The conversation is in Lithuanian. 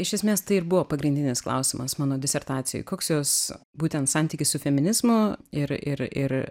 iš esmės tai ir buvo pagrindinis klausimas mano disertacijoj koks jos būtent santykis su feminizmu ir ir ir